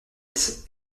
est